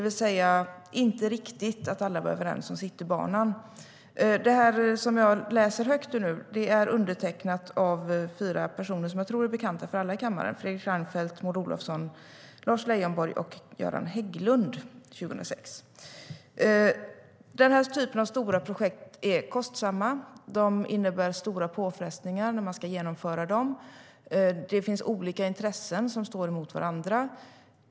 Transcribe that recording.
Alla var alltså inte överens om Citybanan.Denna artikel från 2006 är undertecknad av fyra personer som jag tror är bekanta för alla i kammaren: Fredrik Reinfeldt, Maud Olofsson, Lars Leijonborg och Göran Hägglund.Denna typ av stora projekt är kostsamma. De innebär stora påfrestningar när man ska genomföra dem. Olika intressen står mot varandra.